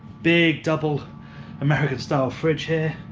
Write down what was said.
big double american-style fridge here,